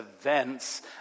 events